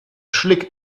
schlick